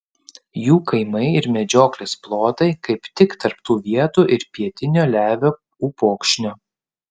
jų kaimai ir medžioklės plotai kaip tik tarp tų vietų ir pietinio levio upokšnio